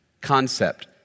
concept